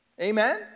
Amen